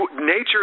nature